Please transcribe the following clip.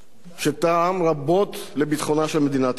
שתרם רבות לביטחונה של מדינת ישראל,